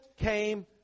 came